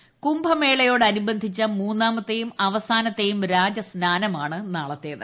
ഒരുക്കങ്ങളും കുംഭമേളയോടനുബന്ധിച്ച മൂന്നാമത്തെയും അവസാനത്തെയും രാജസ്നാനമാണ് നാളത്തേത്